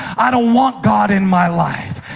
i don't want god in my life.